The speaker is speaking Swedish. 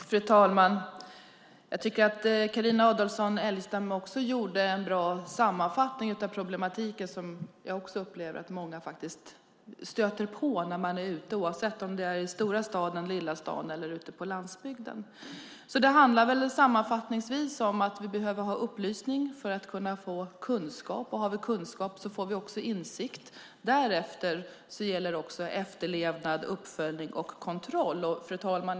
Fru talman! Jag tycker att Carina Adolfsson Elgestam gjorde en bra sammanfattning av den problematik som även jag upplever att många stöter på när de är ute, oavsett om det är i den stora staden, den lilla staden eller ute på landsbygden. Det handlar sammanfattningsvis om att vi behöver upplysning för att kunna få kunskap, och om vi har kunskap får vi också insikt. Därefter gäller efterlevnad, uppföljning och kontroll.